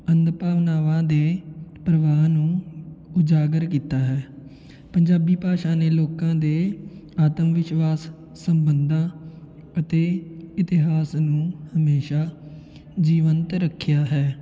ਅੰਧ ਭਾਵਨਾਵਾਂ ਦੇ ਪਰਵਾਹ ਨੂੰ ਉਜਾਗਰ ਕੀਤਾ ਹੈ ਪੰਜਾਬੀ ਭਾਸ਼ਾ ਨੇ ਲੋਕਾਂ ਦੇ ਆਤਮ ਵਿਸ਼ਵਾਸ ਸੰਬੰਧਾਂ ਅਤੇ ਇਤਿਹਾਸ ਨੂੰ ਹਮੇਸ਼ਾਂ ਜੀਵੰਤ ਰੱਖਿਆ ਹੈ